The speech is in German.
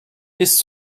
ist